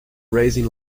raisin